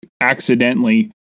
accidentally